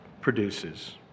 produces